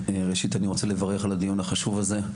ראשית אני רוצה לברך על הדיון החשוב הזה.